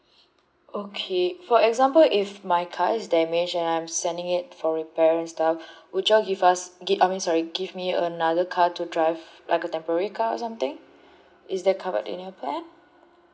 okay for example if my car is damaged and I'm sending it for repair and stuff would you all give us give I mean sorry give me another car to drive like a temporary car or something is that covered in your plan